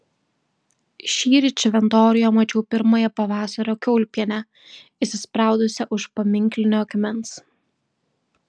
šįryt šventoriuje mačiau pirmąją pavasario kiaulpienę įsispraudusią už paminklinio akmens